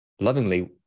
lovingly